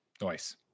Nice